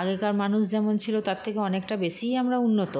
আগেকার মানুষ যেমন ছিল তার থেকে অনেকটা বেশিই আমরা উন্নত